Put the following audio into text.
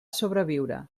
sobreviure